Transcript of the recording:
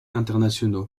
internationaux